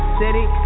city